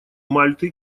мальты